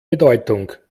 bedeutung